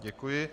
Děkuji.